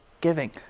giving